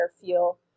feel